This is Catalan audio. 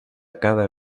cada